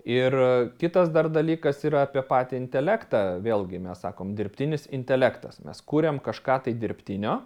ir kitas dar dalykas yra apie patį intelektą vėlgi mes sakom dirbtinis intelektas mes kuriam kažką tai dirbtinio